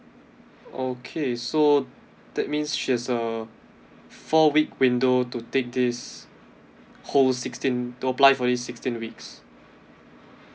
okay so that means she has a four week window to take this whole sixteen to apply for this sixteen weeks